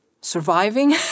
surviving